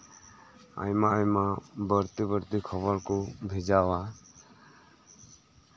ᱟᱭᱢᱟ ᱟᱭᱢᱟ ᱵᱟᱹᱲᱛᱤ ᱵᱟᱹᱲᱛᱤ ᱠᱷᱚᱵᱚᱨ ᱠᱚ ᱵᱷᱮᱡᱟᱣᱟ